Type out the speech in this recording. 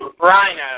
Rhino